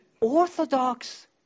Orthodox